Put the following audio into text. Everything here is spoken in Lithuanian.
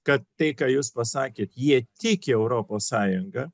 kad tai ką jūs pasakėt jie tiki europos sąjunga